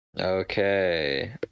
Okay